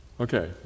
Okay